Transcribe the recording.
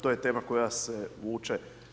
To je tema koja se vuče.